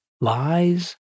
lies